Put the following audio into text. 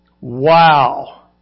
Wow